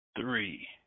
Three